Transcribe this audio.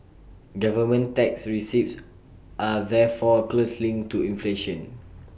government tax receipts are therefore close linked to inflation